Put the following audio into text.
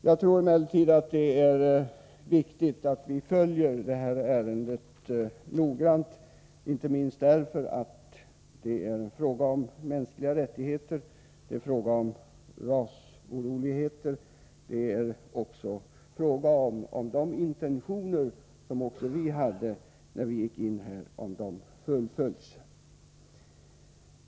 Jag tror emellertid att det är viktigt att vi noga följer det här ärendet, inte minst därför att det gäller mänskliga rättigheter, rasoroligheter och huruvida de intentioner fullföljs som också vi hade när vi gick in i detta projekt.